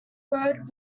road